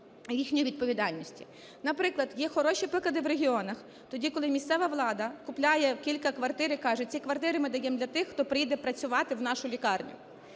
є хороші приклади в регіонах, тоді коли місцева влада купляє кілька квартир і каже: "Ці квартири ми даємо для тих, хто приїде працювати в нашу лікарню".